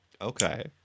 Okay